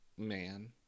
Man